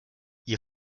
ihr